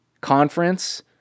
conference